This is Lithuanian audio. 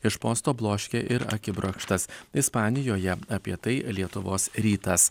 iš posto bloškė ir akibrokštas ispanijoje apie tai lietuvos rytas